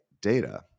data